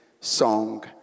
song